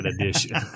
Edition